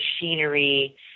machinery